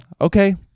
okay